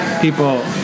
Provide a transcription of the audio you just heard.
people